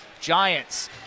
Giants